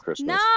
No